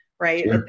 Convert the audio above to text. right